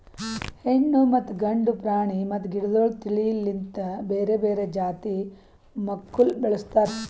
ಹೆಣ್ಣು ಮತ್ತ ಗಂಡು ಪ್ರಾಣಿ ಮತ್ತ ಗಿಡಗೊಳ್ ತಿಳಿ ಲಿಂತ್ ಬೇರೆ ಬೇರೆ ಜಾತಿ ಮಕ್ಕುಲ್ ಬೆಳುಸ್ತಾರ್